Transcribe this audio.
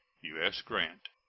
u s. grant.